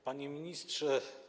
Panie Ministrze!